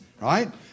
right